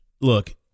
Look